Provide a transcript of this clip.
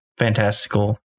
Fantastical